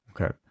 Okay